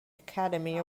academy